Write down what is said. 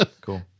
Cool